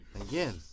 Again